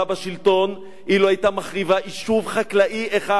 בשלטון היא לא היתה מחריבה יישוב חקלאי אחד,